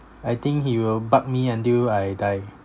I think he will bug me until I die